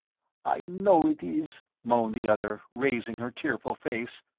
i know it is, moaned the other, raising her tearful face.